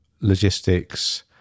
logistics